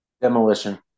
demolition